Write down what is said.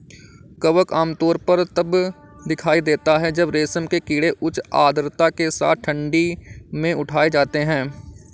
कवक आमतौर पर तब दिखाई देता है जब रेशम के कीड़े उच्च आर्द्रता के साथ ठंडी में उठाए जाते हैं